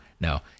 no